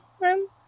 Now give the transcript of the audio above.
room